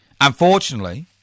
Unfortunately